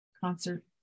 concert